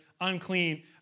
unclean